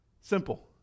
Simple